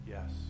Yes